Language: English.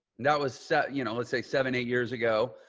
that was so you know, let's say seven, eight years ago.